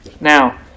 Now